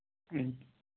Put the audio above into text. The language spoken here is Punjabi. ਹੂੰ